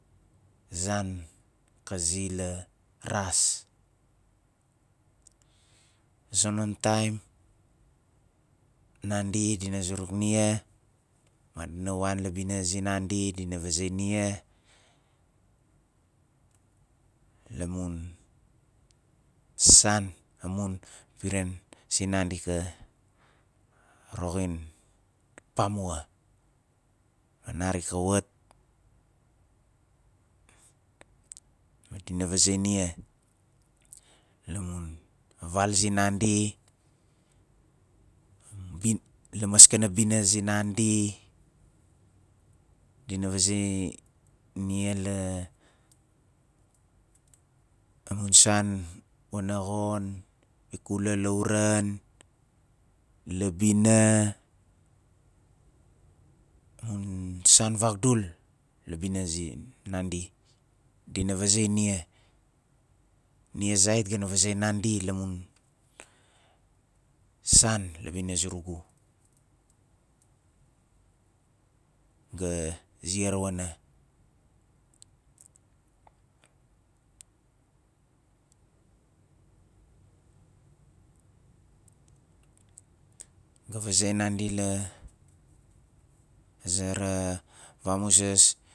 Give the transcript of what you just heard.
Zan ka zi la ras a zonon taim nandi diva zuruk nia madina wan la bina zinandi dina vazei nia la mun san amun piran sinandi ka roxin pamua nari ka wat madina vazei nia lamun val zinandi bin- lamaskana bina zinandi dina vaze nia la amun san wana xon ikula lauran, la bina amun san vagdul la bina zinandi dina vazei nia nia zait ga na vazei nandi la mun san la bina zurugu ga ziar wana ga vazei nandi la zera vamusas